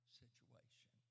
situation